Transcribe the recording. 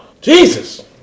Jesus